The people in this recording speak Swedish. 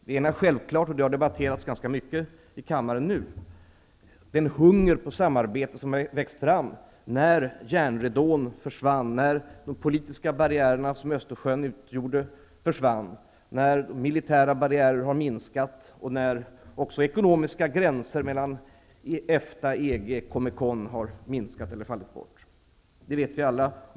Det ena är självklart och har debatterats ganska mycket i kammaren nu. Det är den hunger på samarbete som växte fram när järnridån försvann. De politiska barriärer som Östersjön utgjorde försvann, militära barriärer har minskat och även de ekonomiska gränserna mellan EFTA, EG och COMECON har minskat eller fallit bort. Det vet vi alla.